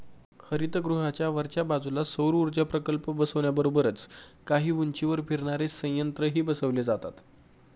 हरितगृहाच्या वरच्या बाजूला सौरऊर्जा प्रकल्प बसवण्याबरोबरच काही उंचीवर फिरणारे संयंत्रही बसवले जातात